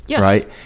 right